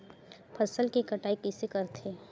फसल के कटाई कइसे करथे?